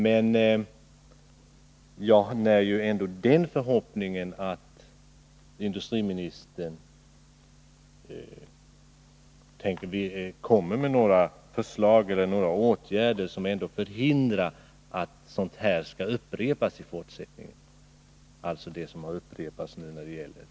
Men jag när ändå den förhoppningen att industriministern lägger fram några förslag eller vidtar några åtgärder som förhindrar att sådant som har hänt när det gäller Skellefteå kommun skall upprepas i fortsättningen.